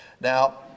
Now